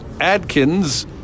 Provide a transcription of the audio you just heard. Adkins